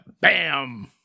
bam